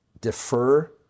defer